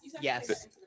Yes